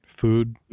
Food